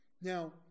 Now